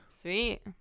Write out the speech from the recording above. sweet